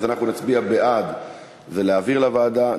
אז אנחנו נצביע: בעד זה להעביר לוועדה,